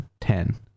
Ten